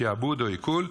שעבוד או עיקול.